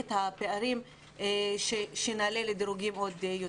את הפערים ושנעלה לדירוגים יותר טובים.